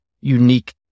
unique